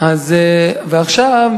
ועכשיו,